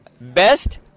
Best